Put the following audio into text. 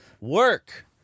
Work